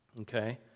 okay